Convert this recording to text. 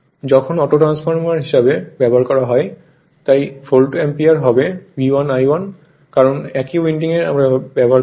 যখন অটোট্রান্সফরমার হিসাবে ব্যবহার করা হয় তাই ভোল্ট অ্যাম্পিয়ার হবে V1 I1 কারণ একই উইন্ডিং আমরা ব্যবহার করছি